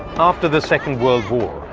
after the second world,